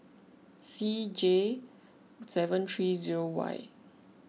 C J seven three zero Y